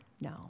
no